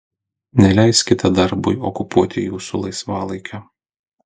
neleiskite darbui okupuoti jūsų laisvalaikio